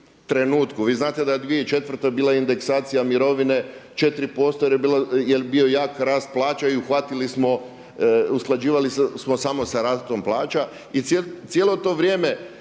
Vi znate da je 2004. bila indeksacija mirovine 4% jel bio jak rast plaća i uhvatili smo usklađivali smo samo sa rastom plaća i cijelo to vrijeme